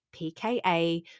pKa